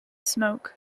smoke